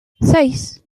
seis